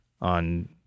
on